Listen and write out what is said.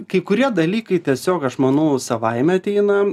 kai kurie dalykai tiesiog aš manau savaime ateina